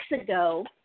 ago